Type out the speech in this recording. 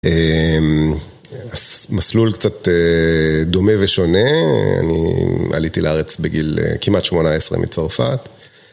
מסלול קצת דומה ושונה, אני עליתי לארץ בגיל כמעט שמונה עשרה מצרפת.